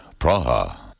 Praha